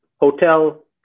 Hotel